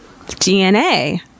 DNA